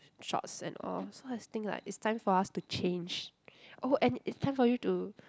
shorts and all so I think like it's time for us to change oh and it's time for you to